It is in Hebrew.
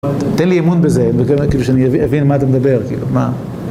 תן לי אימון בזה, כאילו שאני אבין מה אתם מדבר, כאילו, מה...